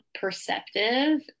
perceptive